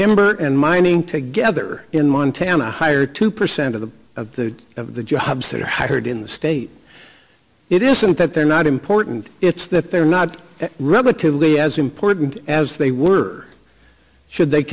hamburgers and mining together in montana hired two percent of the of the jobs that are hired in the state it isn't that they're not important it's that they're not relatively as important as they were should they